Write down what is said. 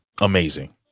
Amazing